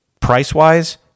price-wise